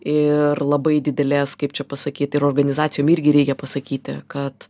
ir labai didelės kaip čia pasakyt ir organizacijom irgi reikia pasakyt kad